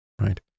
right